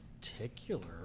particular